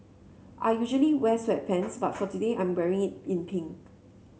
I usually wear sweatpants but for today I'm wearing it in pink